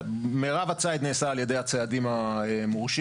מרב הציד נעשה על ידי הציידים המורשים.